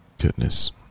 Goodness